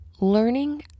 learning